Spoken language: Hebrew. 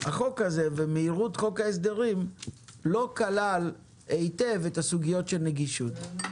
החוק הזה ומהירות חוק ההסדרים לא כלל היטב את הסוגיות של נגישות.